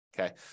Okay